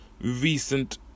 recent